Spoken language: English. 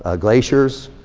ah glaciers,